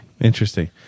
Interesting